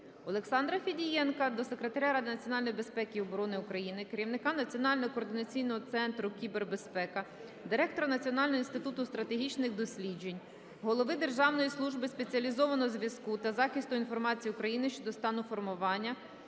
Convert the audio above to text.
Олександра Федієнка до Секретаря Ради національної безпеки і оборони України - керівника Національного координаційного центру кібербезпеки, директора Національного інституту стратегічних досліджень, голови Державної служби спеціального зв'язку та захисту інформації України щодо стану формування